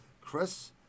Chris